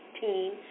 Teen